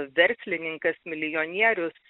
verslininkas milijonierius